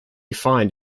fined